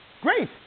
Great